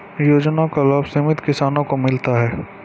योजना का लाभ सीमांत किसानों को मिलता हैं?